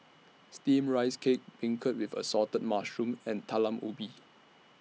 Steamed Rice Cake Beancurd with Assorted Mushrooms and Talam Ubi